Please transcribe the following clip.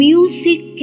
Music